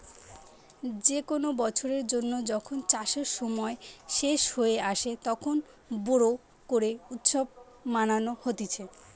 যে কোনো বছরের জন্য যখন চাষের সময় শেষ হয়ে আসে, তখন বোরো করে উৎসব মানানো হতিছে